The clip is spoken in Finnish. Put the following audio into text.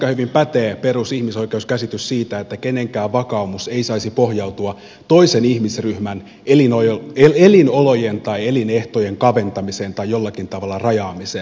ja siihen minun mielestäni aika hyvin pätee perusihmisoikeuskäsitys siitä että kenenkään vakaumus ei saisi pohjautua toisen ihmisryhmän elinolojen tai elinehtojen kaventamiseen tai jollakin tavalla rajaamiseen